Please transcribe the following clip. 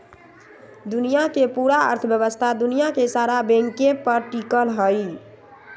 दुनिया के पूरा अर्थव्यवस्था दुनिया के सारा बैंके पर टिकल हई